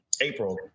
April